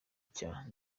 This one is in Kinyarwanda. cya